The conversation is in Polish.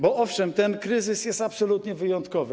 Bo owszem, ten kryzys jest absolutnie wyjątkowy.